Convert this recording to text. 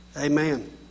Amen